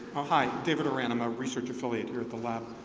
oh, hi. david oh-rah-num, i'm a research affiliate here at the lab.